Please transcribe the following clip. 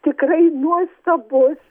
tikrai nuostabus